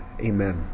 Amen